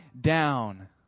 down